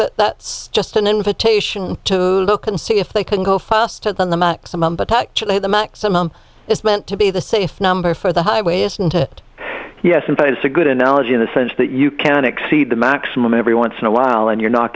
that that's just an invitation to look and see if they can go faster than the maximum but actually the maximum is meant to be the safe number for the highway isn't it yes in fact it's a good analogy in the sense that you can exceed the maximum every once in a while and you're not